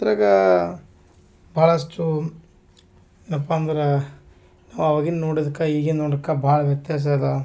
ಇದ್ರಗಾ ಬಹಳಷ್ಟು ಏನಪ್ಪ ಅಂದ್ರೆ ನಾವು ಆವಾಗಿನ ನೋಡಿದ್ಕೆ ಈಗಿನ ನೋಡಿದ್ಕೆ ಭಾಳ ವ್ಯತಾಸ ಅದೆ